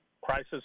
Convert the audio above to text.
crisis